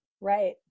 right